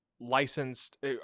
licensed